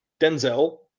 denzel